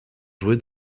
joué